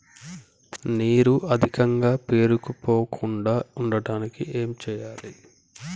నీరు అధికంగా పేరుకుపోకుండా ఉండటానికి ఏం చేయాలి?